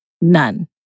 None